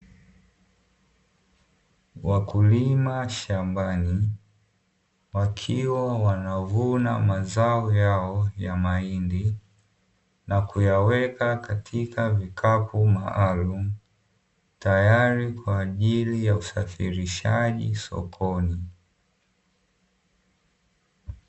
Wakulima shambani wakiwa wanavuna mazao yao ya mahindi na kuyaweka katika vikapu maalumu, tayari kwa ajili ya usafirishaji sokoni.